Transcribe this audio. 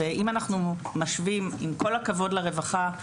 עם כל הכבוד לרווחה,